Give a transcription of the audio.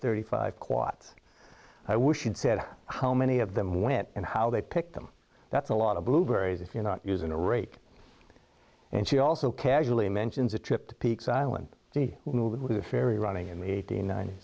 thirty five squats i wish she'd said how many of them went and how they picked them that's a lot of blueberries if you're not using a rake and she also casually mentions a trip to peaks island the movie the ferry running in eighty nine